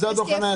איפה זה קיים?